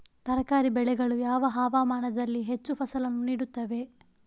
ತರಕಾರಿ ಬೆಳೆಗಳು ಯಾವ ಹವಾಮಾನದಲ್ಲಿ ಹೆಚ್ಚು ಫಸಲನ್ನು ನೀಡುತ್ತವೆ?